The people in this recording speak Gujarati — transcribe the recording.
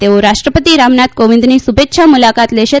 તેઓ રાષ્ટ્રપતિ રામનાથ કોવિન્દની શુલેચ્છા મુલાકાત લેશે